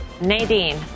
Nadine